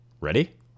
Ready